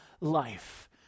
life